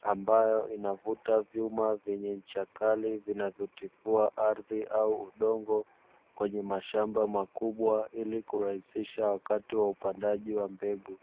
ambayo inavuta vyuma vyenye ncha kali, vinavyotifua ardhi au udongo, kwenye mashamba makubwa ili kurahisisha wakati wa upandaji wa mbegu.